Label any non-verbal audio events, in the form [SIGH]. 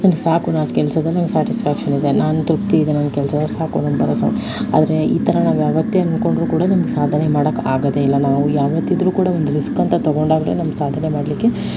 [UNINTELLIGIBLE] ಸಾಕು ನನ್ನ ಕೆಲಸದಲ್ಲಿ ನನಗೆ ಸ್ಯಾಟಿಸ್ಫ್ಯಾಕ್ಷನ್ ಇದೆ ನಾನು ತೃಪ್ತಿ ಇದೆ ನನ್ನ ಕೆಲಸ ಸಾಕು ನಮ್ಮ ಬರೋ ಸಂಬ ಆದರೆ ಈ ತರಹ ನಾವು ಯಾವತ್ತೆ ಅಂದ್ಕೊಂಡ್ರು ಕೂಡ ನಮಗೆ ಸಾಧನೆ ಮಾಡೋಕ್ಕೆ ಆಗೋದೇ ಇಲ್ಲ ನಾವು ಯಾವತ್ತಿದ್ರೂ ಕೂಡ ಒಂದು ರಿಸ್ಕ್ ಅಂತ ತೊಗೊಂಡಾಗ್ಲೆ ನಮಗೆ ಸಾಧನೆ ಮಾಡ್ಲಿಕ್ಕೆ